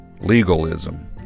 legalism